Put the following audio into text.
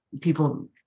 people